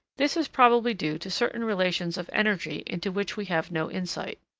this is probably due to certain relations of energy into which we have no insight.